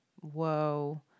Whoa